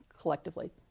collectively